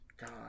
god